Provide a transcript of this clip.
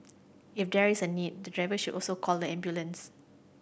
if there is a need the driver should also call the ambulance